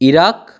Iraq